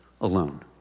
alone